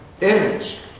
image